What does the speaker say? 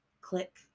Click